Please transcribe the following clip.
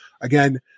Again